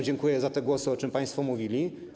Dziękuję za te głosy, za to, o czym państwo mówili.